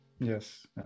yes